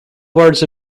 words